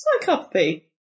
Psychopathy